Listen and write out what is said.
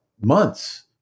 months